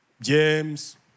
James